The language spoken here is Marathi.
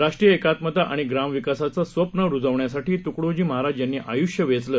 राष्ट्रीय एकात्मता आणि ग्रामविकासाचे स्वप्न रुजवण्यासाठी तुकडोजी महाराज यांनी आयुष्य वेचलं